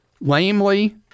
lamely